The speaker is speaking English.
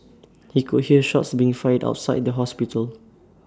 he could hear shots being fired outside the hospital